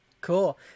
Cool